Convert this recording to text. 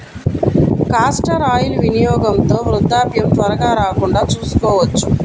castor oil వినియోగంతో వృద్ధాప్యం త్వరగా రాకుండా చూసుకోవచ్చు